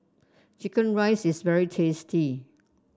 chicken rice is very tasty